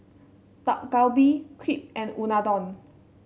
Dak Galbi Crepe and Unadon